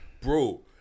Bro